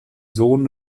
sohn